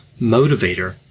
motivator